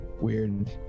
weird